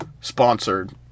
sponsored